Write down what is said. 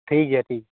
ᱴᱷᱤᱠ ᱜᱮᱭᱟ ᱴᱷᱤᱠ